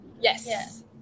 Yes